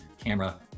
camera